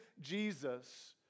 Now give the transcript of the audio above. Jesus